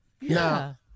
Now